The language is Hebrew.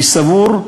אני סבור,